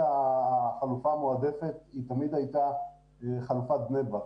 החלופה המועדפת היא תמיד הייתה חלופת בני ברק.